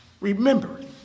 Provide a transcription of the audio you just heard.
Remember